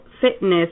Fitness